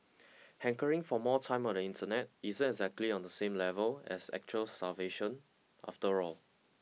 hankering for more time on the internet isn't exactly on the same level as actual starvation after all